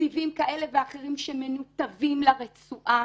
בתקציבים כאלה ואחרים שמנותבים לרצועה.